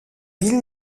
ville